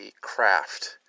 craft